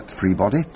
Freebody